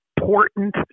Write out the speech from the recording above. important